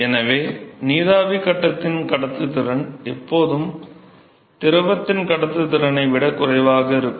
எனவே நீராவி கட்டத்தின் கடத்துத்திறன் எப்போதும் திரவத்தின் கடத்துத்திறனை விட குறைவாக இருக்கும்